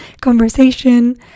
conversation